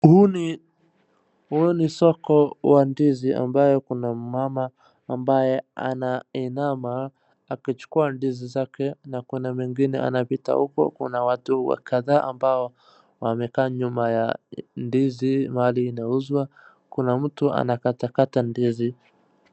Huu ni, huu ni soko wa ndizi ambayo kuna mama ambaye anainama akichukua ndizi zake, na kuna mengine anapita huko, kuna watu kadhaa ambao wamekaa nyuma ya ndizi mahali inauzwa. Kuna mtu anakatakata ndizi.